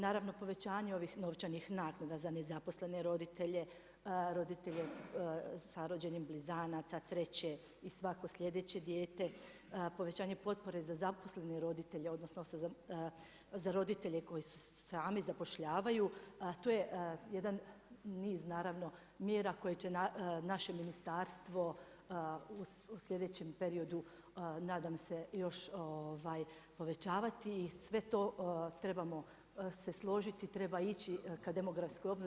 Naravno, povećanje ovih novčanih naknada za nezaposlene roditelje, roditelje sa rođenim blizanaca, treće i svako sljedeće dijete, povećanje potpora za zaposlene roditelje, odnosno, za roditelje koji se sami zapošljavaju, to je je jedan niz, naravno mjera, koje će naše ministarstvo u sljedećem periodu, nadam se još povećavati i sve to trebamo se složiti, treba ići ka demografskoj obnovi.